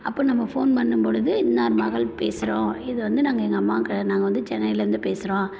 அப்போ நம்ம ஃபோன் பண்ணும் பொழுது இன்னார் மகள் பேசுகிறோம் இது வந்து நாங்கள் எங்கள் அம்மாக்கு நாங்கள் வந்து சென்னையில் இருந்து பேசுகிறோம்